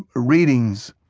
readings,